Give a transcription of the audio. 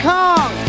Kong